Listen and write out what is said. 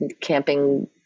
camping